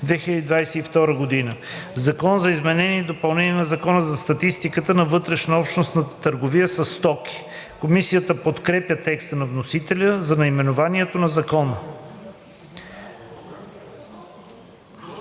2022 г.“ „Закон за изменение и допълнение на Закона за статистика на вътрешнообщностната търговия със стоки (ДВ, бр. …)“ Комисията подкрепя текста на вносителя за наименованието на Закона.